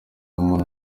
umuntu